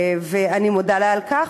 ואני מודה לה על כך.